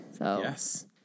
yes